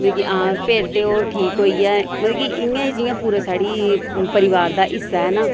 फेर ते ओह् ठीक होई गेआ मतलब कि इ'यां जि'यां पूरा साढ़ी परिवार दा हिस्सा ऐ न